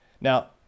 Now